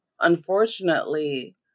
unfortunately